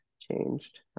changed